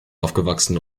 aufgewachsen